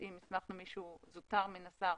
אם הסכמנו מישהו זוטר מן השר,